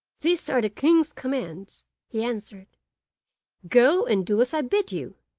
these are the king's commands he answered go and do as i bid you.